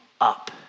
up